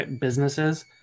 businesses